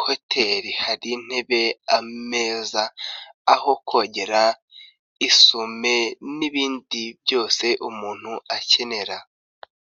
hoteri. Hari intebe, ameza, aho kongera, isume n'ibindi byose umuntu akenera.